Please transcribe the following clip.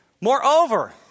Moreover